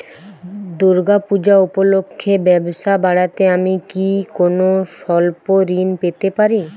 দূর্গা পূজা উপলক্ষে ব্যবসা বাড়াতে আমি কি কোনো স্বল্প ঋণ পেতে পারি?